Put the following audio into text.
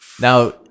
Now